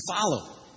follow